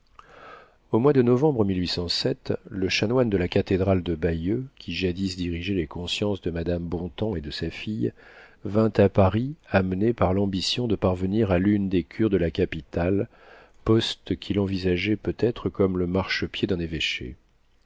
au mois de novembre le chanoine de la cathédrale de bayeux qui jadis dirigeait les consciences de madame bontems et de sa fille vint à paris amené par l'ambition de parvenir à l'une des cures de la capitale poste qu'il envisageait peut-être comme le marche-pied d'un évêché